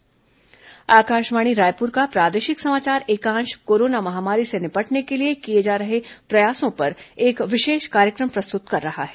corona विशेष कार्य क्र म आकाशवाणी रायपुर का प्रादेशिक समाचार एकांश कोरोना महामारी से निपटने के लिए किए जा रहे प्रयासों पर एक विशेष कार्य क्र म प्रस्तुत कर रहा है